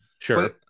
Sure